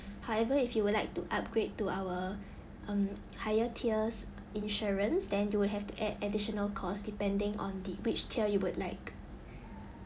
however if you would like to upgrade to our um higher tiers insurance then you will have to add additional cost depending on the which tier you would like